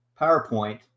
PowerPoint